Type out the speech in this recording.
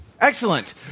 Excellent